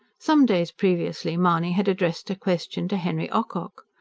some days previously mahony had addressed a question to, henry ocock.